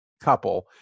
couple